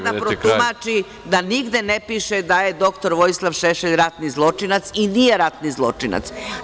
Dakle, zna da protumači da nigde ne piše da je dr Vojislav Šešelj ratni zločinac i nije ratni zločinac.